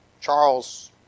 Charles